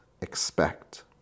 expect